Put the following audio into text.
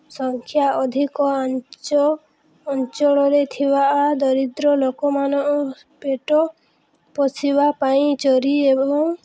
ସଂଖ୍ୟା ଅଧିକ ଅଞ୍ଚଳରେ ଥିବା ଦରିଦ୍ର ଲୋକମାନଙ୍କ ପେଟ ପୋଷିବା ପାଇଁ ଚୋରି ଏବଂ